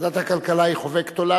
ועדת הכלכלה היא חובקת עולם,